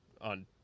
on